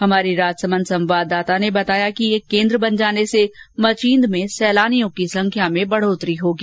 हमारे राजसमंद संवाददाता ने बताया कि यह केन्द्र बन जाने से मचीन्द में सैलानियों की संख्या में बढोतरी होगी